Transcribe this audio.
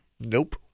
Nope